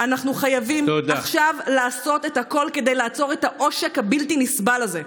אנחנו חייבים עכשיו לעשות את הכול כדי לעצור את העושק הבלתי-נסבל הזה.